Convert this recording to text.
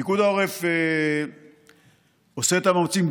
פיקוד העורף עושה את המאמצים,